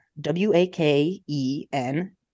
W-A-K-E-N